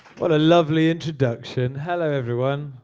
what a lovely introduction. hello, everyone.